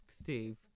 Steve